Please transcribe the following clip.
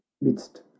midst